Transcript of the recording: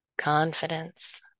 Confidence